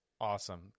Awesome